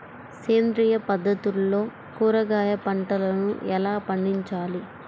సేంద్రియ పద్ధతుల్లో కూరగాయ పంటలను ఎలా పండించాలి?